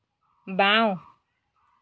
বাঁও